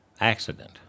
accident